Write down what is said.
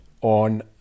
on